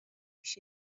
پیش